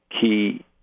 key